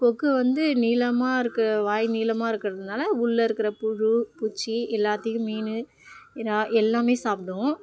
கொக்கு வந்து நீளமாக இருக்க வாய் நீளமாக இருக்கிறதுனால உள்ள இருக்கிற புழு பூச்சி எல்லாத்தையும் மீன் இறால் எல்லாமே சாப்பிடும்